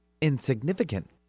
insignificant